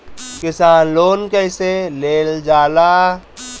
किसान लोन कईसे लेल जाला?